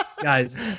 Guys